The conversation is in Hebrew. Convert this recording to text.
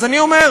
אז אני אומר,